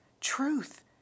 truth